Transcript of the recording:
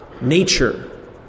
nature